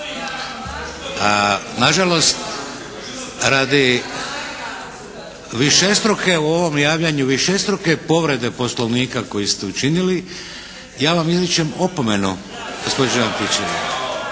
Nažalost radi višestruke u ovom javljanju, višestruke povrede Poslovnika koji ste učinili ja vam izričem opomenu gospođo Antičević.